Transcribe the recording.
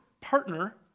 Partner